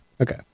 Okay